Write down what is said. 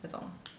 that's all